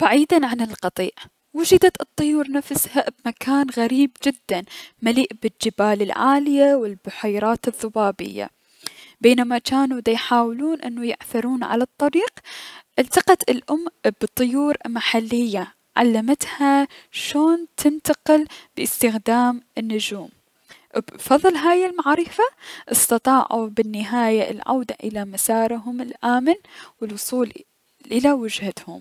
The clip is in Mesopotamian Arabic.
بعيدا عن القطيع، وجدت الطيور نفسها ابمكان غريب جدا مليء بالجبال العالية و البحيرات الضبابية بينما جانو ديحاولون انو يعثرون على الطريق، التقت الأم ابطيور محلية علمتها شون تنتقل بأستخدام النجوم ابفضل هاي المعرفة استطاعو بالنهاية العودة الى مسارهم الأمن و الوصول الى وجهتهم.